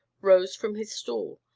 rose from his stool,